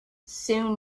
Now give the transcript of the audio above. soon